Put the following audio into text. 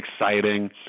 exciting